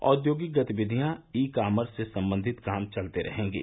औद्योगिक गतिविधिया ईकामर्स से संबंधित काम चलते रहेंगे